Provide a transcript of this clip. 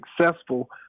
successful